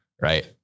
right